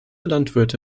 landwirte